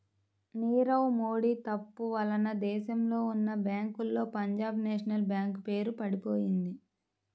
నీరవ్ మోడీ తప్పు వలన దేశంలో ఉన్నా బ్యేంకుల్లో పంజాబ్ నేషనల్ బ్యేంకు పేరు పడిపొయింది